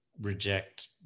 reject